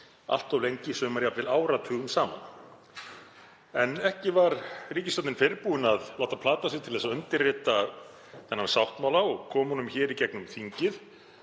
allt of lengi, sumar jafnvel áratugum saman. En ekki var ríkisstjórnin fyrr búin að láta plata sig til að undirrita þennan sáttmála og koma honum í gegnum þingið